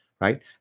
right